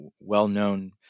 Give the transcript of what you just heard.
well-known